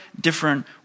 different